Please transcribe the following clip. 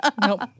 Nope